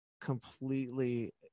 completely